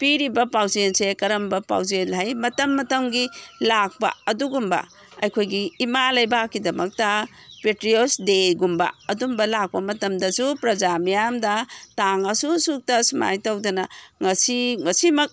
ꯄꯤꯔꯤꯕ ꯄꯥꯎꯖꯦꯟꯁꯦ ꯀꯔꯝꯕ ꯄꯥꯎꯖꯦꯟ ꯍꯥꯏ ꯃꯇꯝ ꯃꯇꯝꯒꯤ ꯂꯥꯛꯄ ꯑꯗꯨꯒꯨꯝꯕ ꯑꯩꯈꯣꯏꯒꯤ ꯏꯃꯥ ꯂꯩꯕꯥꯛꯀꯤꯗꯃꯛꯇ ꯄꯦꯇ꯭ꯔꯤꯌꯣꯠ ꯗꯦꯒꯨꯝꯕ ꯑꯗꯨꯝꯕ ꯂꯥꯛꯄ ꯃꯇꯃꯗꯁꯨ ꯄ꯭ꯔꯖꯥ ꯃꯤꯌꯥꯝꯗ ꯇꯥꯡ ꯑꯁꯨꯛ ꯑꯁꯨꯛꯇ ꯑꯁꯨꯃꯥꯏꯅ ꯇꯧꯗꯅ ꯉꯁꯤ ꯉꯁꯤꯃꯛ